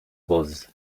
was